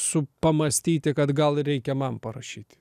su pamąstyti kad gal reikia man parašyti